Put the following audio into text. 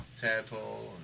Tadpole